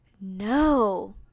No